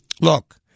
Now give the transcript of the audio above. Look